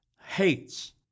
hates